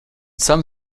some